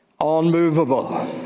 unmovable